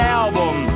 album